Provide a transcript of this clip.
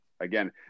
again